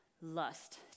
lust